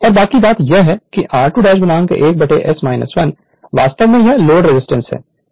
और बाकी बात यह है की r2 1S 1 वास्तव में यह लोड रेजिस्टेंस है